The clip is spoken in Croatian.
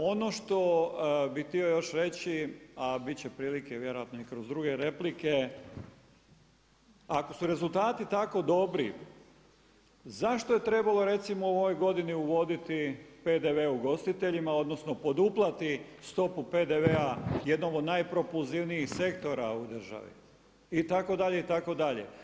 Ono što bih htio još reći a biti će prilike vjerojatno i kroz druge replike, ako su rezultati tako dobri, zašto je trebalo recimo u ovoj godini uvoditi PDV ugostiteljima odnosno poduplati stopu PDV-a jednom od najpropulzivnijih sektora u državi, itd., itd.